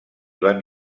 van